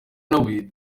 nawe